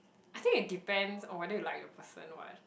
I think it depends on whether you like your person what